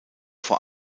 vor